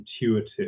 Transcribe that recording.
intuitive